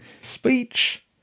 speech